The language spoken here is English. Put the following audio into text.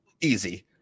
Easy